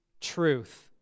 truth